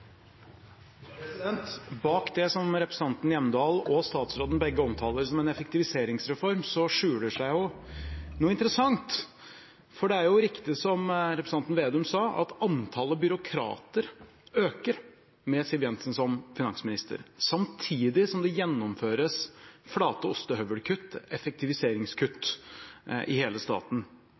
Bak det som representanten Hjemdal og statsråden begge omtaler som en effektiviseringsreform, skjuler det seg noe interessant. For det er jo riktig som representanten Slagsvold Vedum sa, at antallet byråkrater øker med Siv Jensen som finansminister, samtidig som det gjennomføres flate ostehøvelkutt, effektiviseringskutt i hele staten.